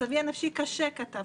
מצבי הנפשי קשה", כתב.